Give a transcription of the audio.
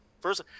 First